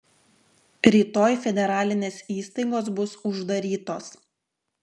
rytoj federalinės įstaigos bus uždarytos